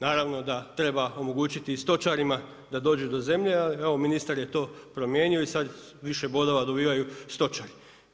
Naravno da treba omogućiti i stočarima da dođu do zemlje, a evo ministar je to promijenio i sad više bodova dobivaju stočari.